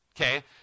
okay